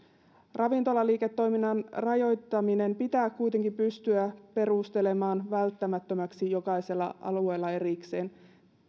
ravintolaliiketoiminnan rajoittaminen pitää kuitenkin pystyä perustelemaan välttämättömäksi jokaisella alueella erikseen